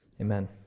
amen